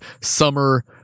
summer